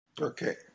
Okay